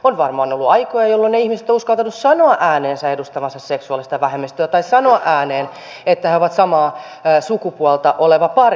on varmaan ollut aikoja jolloin ne ihmiset eivät ole uskaltaneet sanoa ääneen edustavansa seksuaalista vähemmistöä tai sanoa ääneen että he ovat samaa sukupuolta oleva pari